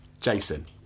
Jason